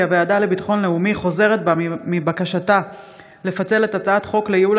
כי הוועדה לביטחון לאומי חוזרת בה מבקשתה לפצל את הצעת החוק לייעול